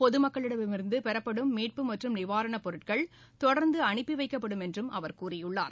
பொதுமக்களிடம் இருந்து பெறப்படும் மீட்பு மற்றும் நிவாரணப் பொருட்கள் தொடர்ந்து அனுப்பி வைக்கப்படும் என்று கூறியுள்ளார்